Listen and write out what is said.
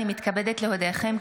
הינני מתכבדת להודיעכם,